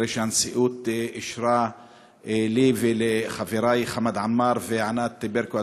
אחרי שהנשיאות אישרה לי ולחברי חמד עמאר וענת ברקו,